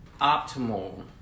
optimal